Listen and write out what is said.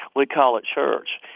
we call it church,